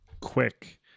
quick